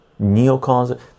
neocons